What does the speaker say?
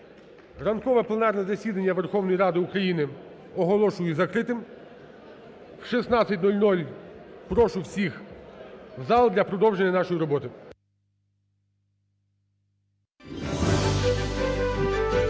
Ранкове пленарне засідання Верховної Ради України оголошую закритим. О 16:00 прошу всіх в зал для продовження нашої роботи.